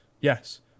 Yes